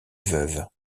veuve